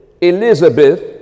Elizabeth